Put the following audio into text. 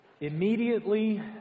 Immediately